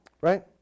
Right